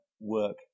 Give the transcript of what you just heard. work